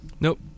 Nope